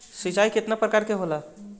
सिंचाई केतना प्रकार के होला?